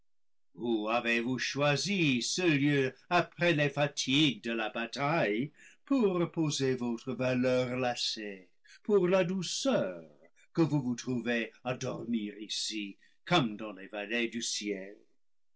avez-vous choisi ce lieu après les fatigues de la bataille pour reposer votre valeur lassée pour la douceur que vous vous trouvez à dormir ici comme dans les vallées du ciel